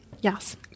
Yes